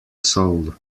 soul